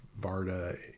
Varda